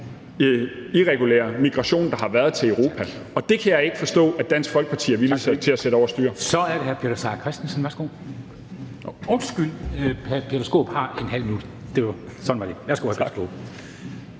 irregulære migration, der har været til Europa. Og det kan jeg ikke forstå at Dansk Folkeparti er villig til at sætte over styr.